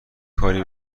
کاری